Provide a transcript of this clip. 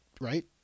Right